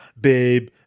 babe